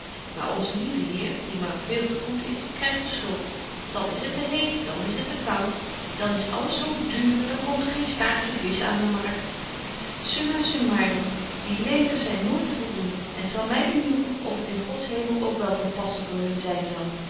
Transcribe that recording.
maar onze lieve heer die maar veel te goed is krygt den schuld dan is het te heet dan is het te koud dan is alles zo duur dan komt er geen staartje visch aan de markt summa summarum die lelykers zyn nooit te voldoen en t zal my benieuwen of het in gods hemel ook wel van passen voor hun zyn zal